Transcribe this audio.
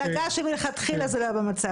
מפלגה שמלכתחילה זה לא היה במצע שלה.